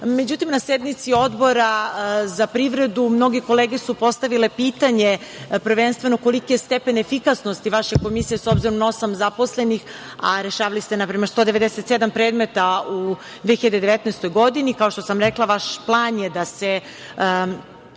na sednici Odbora za privredu mnoge kolege su postavile pitanje, prvenstveno koliki je stepen efikasnosti vaše komisije s obzirom na osam zaposlenih, a rešavali ste, na primer, 197 predmeta u 2019. godini. Kao što sam rekla, vaš plan je da se